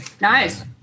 Nice